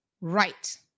Right